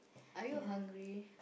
are you hungry